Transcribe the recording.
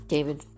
David